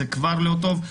זה כבר לא טוב.